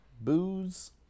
booze